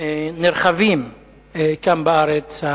נרחבים כאן בארץ,